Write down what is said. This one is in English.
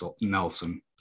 Nelson